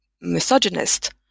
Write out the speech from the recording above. misogynist